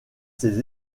ses